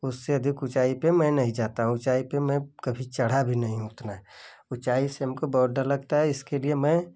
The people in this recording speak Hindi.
उससे अधिक ऊँचाई पर मैं नहीं जाता हूँ ऊँचाई पे मैं कभी चढ़ा भी नहीं हूँ उतना ऊँचाई से हमको बहुत डर लगता है इसके लिए मैं